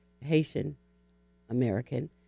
Haitian-American